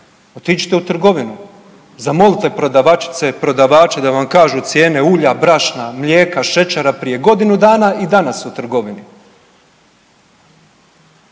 otiđite u trgovinu, zamolite prodavačice, prodavače da vam kažu cijene ulja, brašna, mlijeka, šećera prije godinu dana i danas u trgovinama.